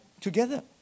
together